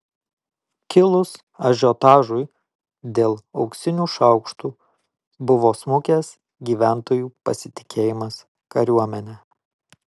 kilus ažiotažui dėl auksinių šaukštų buvo smukęs gyventojų pasitikėjimas kariuomene